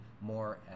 more